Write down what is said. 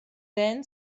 then